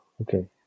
Okay